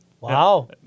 Wow